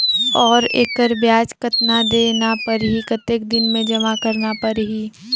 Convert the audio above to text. और एकर ब्याज कतना देना परही कतेक दिन मे जमा करना परही??